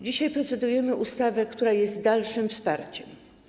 Dzisiaj procedujemy nad ustawą, która jest dalszym wsparciem.